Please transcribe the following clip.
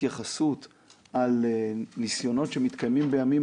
התייחסות על ניסיונות שמתקיימים בימים